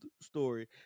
story